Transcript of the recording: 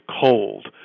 cold